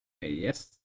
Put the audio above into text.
Yes